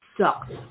sucks